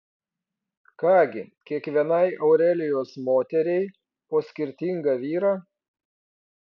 ką gi kiekvienai aurelijos moteriai po skirtingą vyrą